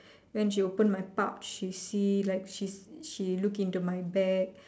when she open my pouch she see like she's she look into my bag